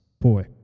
Boy